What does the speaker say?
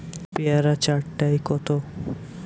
পেয়ারা চার টায় কত?